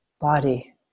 body